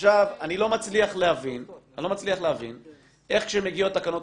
אני לא מצליח להבין, איך כשמגיעות תקנות